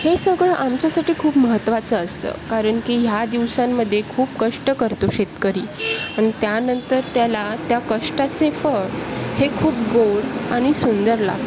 हे सगळं आमच्यासाठी खूप महत्त्वाचं असतं कारण की ह्या दिवसांमध्ये खूप कष्ट करतो शेतकरी आणि त्यानंतर त्याला त्या कष्टाचे फळ हे खूप गोड आणि सुंदर लागते